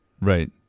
Right